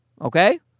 Okay